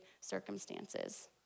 circumstances